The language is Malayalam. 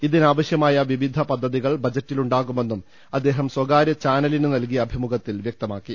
ഇതിനാവശ്യ മായ വിവിധ പദ്ധതികൾ ബജറ്റിൽ ഉണ്ടാകുമെന്നും അദ്ദേഹം സ്വകാര്യ ചാനലിന് നൽകിയ അഭിമുഖത്തിൽ വൃക്തമാക്കി